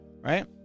Right